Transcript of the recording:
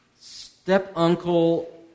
step-uncle